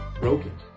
broken